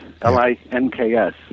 l-i-n-k-s